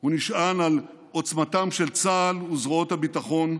הוא נשען על עוצמתם של צה"ל וזרועות הביטחון,